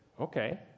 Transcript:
okay